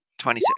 26